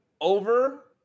over